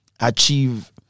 Achieve